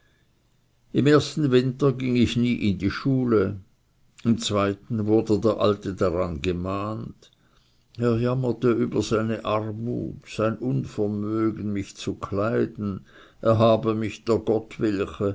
im ersten winter ging ich nie in die schule im zweiten wurde der alte daran gemahnt er jammerte über seine armut sein unvermögen mich zu kleiden er habe mich dr gottswille